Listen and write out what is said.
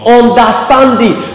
understanding